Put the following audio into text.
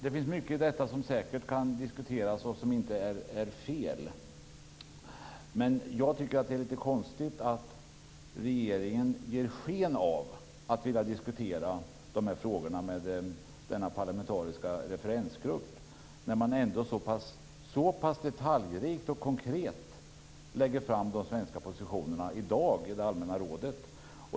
Det finns mycket i detta som säkert kan diskuteras och som inte är fel, men jag tycker att det är litet konstigt att regeringen ger sken av att vilja diskutera de här frågorna med den parlamentariska referensgruppen när man ändå så pass detaljrikt och konkret lägger fram de svenska positionerna i dag i det allmänna rådet.